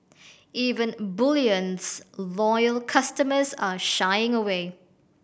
even bullion's loyal customers are shying away